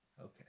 Okay